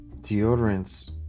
deodorants